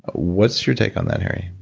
what's your take on that harry?